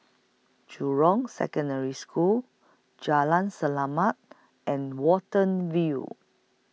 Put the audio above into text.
Jurong Secondary School Jalan Selamat and Watten View